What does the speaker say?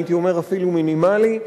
הייתי אומר אפילו מינימלי,